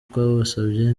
twabasabye